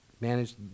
manage